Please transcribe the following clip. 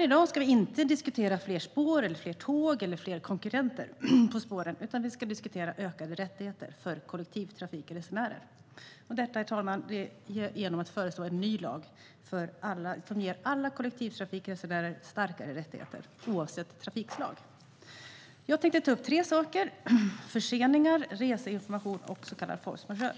I dag ska vi inte diskutera fler spår eller fler tåg eller fler konkurrenter på spåren, utan vi ska diskutera ökade rättigheter för kollektivtrafikresenärer. För detta, herr talman, föreslås en ny lag som ger alla kollektivtrafikresenärer starkare rättigheter oavsett trafikslag. Jag tänkte ta upp tre saker: förseningar, reseinformation och så kallad force majeure.